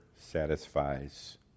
satisfies